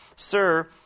Sir